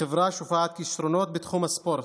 החברה שופעת כישרונות בתחום הספורט,